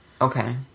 okay